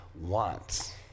wants